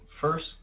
first